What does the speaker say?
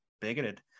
bigoted